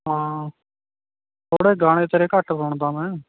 ਹਾਂ ਥੋੜ੍ਹੇ ਗਾਣੇ ਤੇਰੇ ਘੱਟ ਸੁਣਦਾ ਮੈਂ